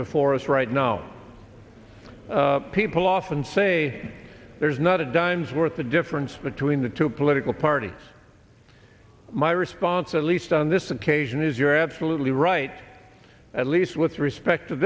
before us right now people often say there's not a dime's worth of difference between the two political parties my response at least on this occasion is you're absolutely right at least with respect to